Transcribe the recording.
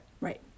Right